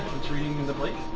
it's reading the plate.